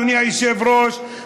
אדוני היושב-ראש,